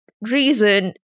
reason